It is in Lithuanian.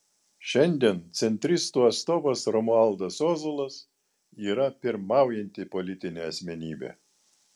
šiandien centristų atstovas romualdas ozolas yra pirmaujanti politinė asmenybė